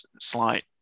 slight